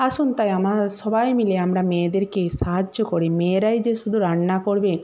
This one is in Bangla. আসুন তাই আমা সবাই মিলে আমরা মেয়েদেরকে সাহায্য করি মেয়েরাই যে শুধু রান্না করবে